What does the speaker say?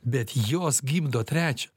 bet jos gimdo trečią